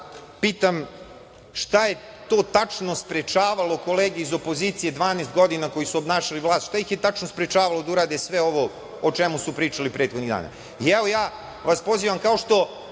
pitam šta je to tačno sprečavalo kolege iz opozicije 12 godina koji su obnašali vlast, šta ih je sprečavalo da urade sve ovo o čemu su pričali prethodnih dana? Evo, ja vas pozivam, kao što